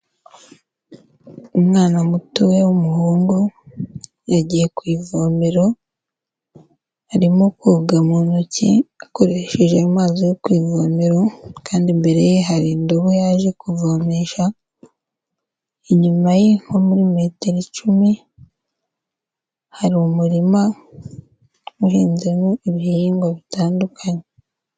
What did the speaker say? Umwana mutoya w'umuhungu yagiye ku ivomero arimo koga mu ntoki akoresheje amazi yo ku ivomero kandi imbere ye hari indobo yaje kuvomesha, inyuma ye nko muri metero icumi hari umurima uhinzemo ibihingwa bitandukanye.